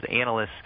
analysts